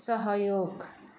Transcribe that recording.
सहयोग